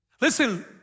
Listen